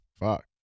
Fuck